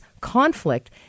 conflict